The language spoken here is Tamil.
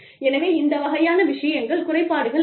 எனவே இந்த வகையான விஷயங்கள் குறைபாடுகள் அல்ல